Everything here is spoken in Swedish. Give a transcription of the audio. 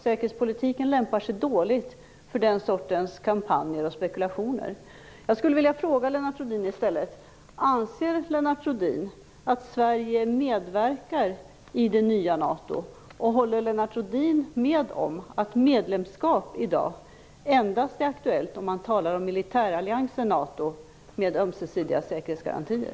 Säkerhetspolitiken lämpar sig dåligt för den sortens kampanjer och spekulationer. Jag skulle i stället vilja fråga Lennart Rohdin: Anser Lennart Rohdin att Sverige medverkar i det nya NATO, och håller Lennart Rohdin med om att medlemskap i dag endast är aktuellt om man talar om militäralliansen NATO med ömsesidiga säkerhetsgarantier?